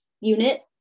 unit